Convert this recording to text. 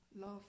love